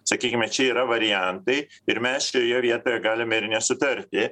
sakykime čia yra variantai ir mes šioje vietoje galime ir nesutarti